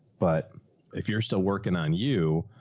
but if you're still working on, you.